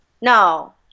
No